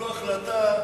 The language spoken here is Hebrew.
עד שתקבלו החלטה,